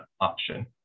option